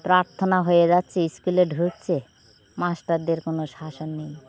প্রার্থনা হয়ে যাচ্ছে স্কুলে ঢুুকছে মাস্টারদের কোনো শাসন নেই